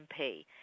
MP